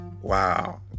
wow